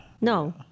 No